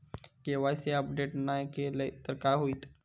KYC update नाय केलय तर काय होईत?